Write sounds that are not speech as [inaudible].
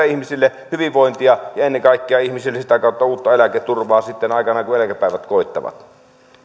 [unintelligible] ihmisille hyvinvointia ja ennen kaikkea ihmisille sitä kautta uutta eläketurvaa sitten aikanaan kun eläkepäivät koittavat